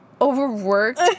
Overworked